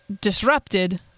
disrupted